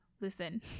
Listen